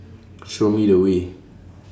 Show Me The Way